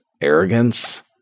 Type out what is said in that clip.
arrogance